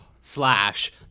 slash